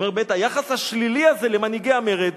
הוא אומר: היחס השלילי הזה למנהיגי המרד,